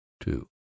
two